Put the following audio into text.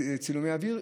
צילומי אוויר.